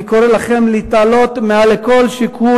אני קורא לכם להתעלות מעל כל שיקול